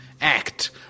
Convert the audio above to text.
Act